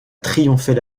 triompher